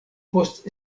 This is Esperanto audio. post